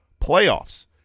playoffs